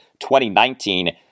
2019